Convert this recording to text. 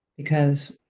because